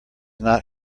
not